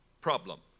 problem